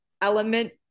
element